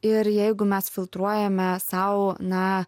ir jeigu mes filtruojame sau na